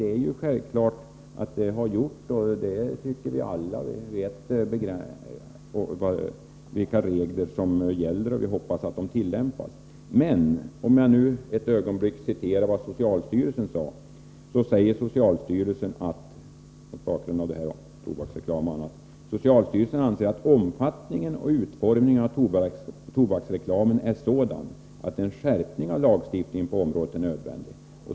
Det tycker vi alla är bra. Vi vet vilka regler som gäller, och jag hoppas att de tillämpas. Får jag ett ögonblick återge vad socialstyrelsen sade om tobaksreklam: ”Socialstyrelsen anser att omfattningen och utformningen av tobaksreklamen är sådan att en skärpning av lagstiftningen på området är nödvändig.